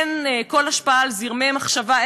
אין לנו כל השפעה על זרמי המחשבה,